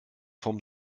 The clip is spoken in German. vom